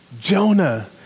Jonah